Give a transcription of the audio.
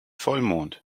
vollmond